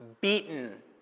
Beaten